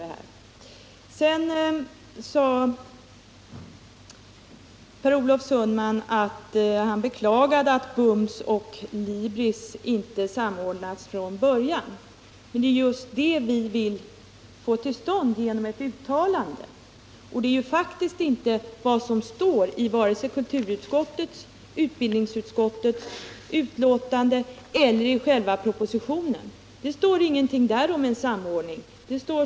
Sedan beklagade Per Olof Sundman att BUMS och Libris inte samordnats från början. Det är just ett sådant samordnande som vi vill få till stånd genom ett uttalande. Detta är faktiskt inte vad som står i vare sig kulturutskottets yttrande eller utbildningsutskottets betänkande eller i själva propositionen. Där står ingenting om en samordning.